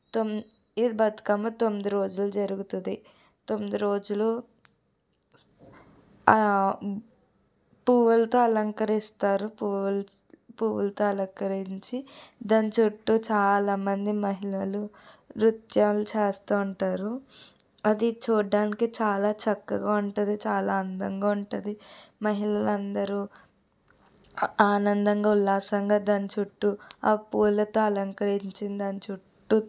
తొమ్ ఈ బతుకమ్మ తొమ్మిది రోజులు జరుగుతుంది తొమ్మిది రోజులు పువ్వులతో అలంకరిస్తారు పువ్వు పువ్వులతో అలంకరించి దాని చుట్టూ చాలామంది మహిళలు నృత్యం చేస్తూ ఉంటారు అది చూడటానికి చాలా చక్కగా ఉంటుంది చాలా అందంగా ఉంటుంది మహిళలు అందరూ ఆనందంగా ఉల్లాసంగా దాని చుట్టూ ఆ పువ్వులతో అలంకరించి దాని చుట్టూ